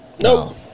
No